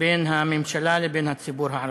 בין הממשלה לבין הציבור הערבי.